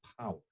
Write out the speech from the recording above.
power